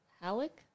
Halleck